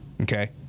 Okay